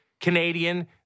Canadian